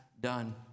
done